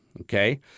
Okay